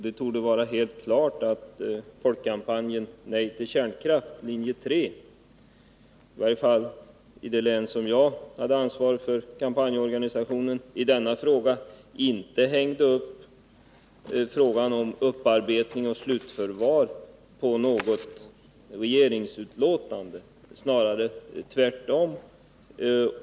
Det torde vara helt klart att folkkampanjen Nej till kärnkraft, linje 3 —i varje fall gäller det det län där jag hade ansvaret för kampanjorganisationen — inte hängde upp frågan om upparbetning och slutförvaring på något regeringsutlåtande, snarare tvärtom.